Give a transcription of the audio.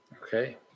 Okay